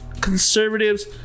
conservatives